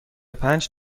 پنج